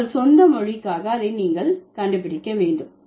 உங்கள் சொந்த மொழிக்காக அதை நீங்கள் கண்டுபிடிக்க வேண்டும்